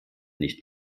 nicht